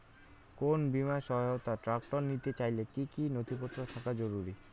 কোন বিমার সহায়তায় ট্রাক্টর নিতে চাইলে কী কী নথিপত্র থাকা জরুরি?